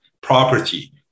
property